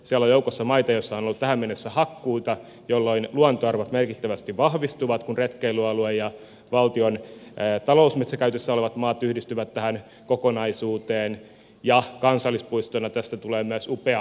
siellä on joukossa maita joilla on ollut tähän asti hakkuita joten luontoarvot merkittävästi vahvistuvat kun valtion retkeilyalue ja talousmetsäkäytössä olevat maat yhdistyvät tähän kokonaisuuteen ja kansallispuistona tästä tulee myös upea luontomatkailukohde